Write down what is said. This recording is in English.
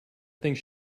think